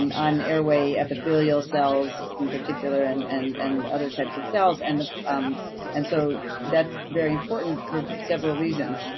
um on airway epithelial cells in particular, and and and other types of cells, and um and so that's very important for several reasons.